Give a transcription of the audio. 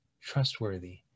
trustworthy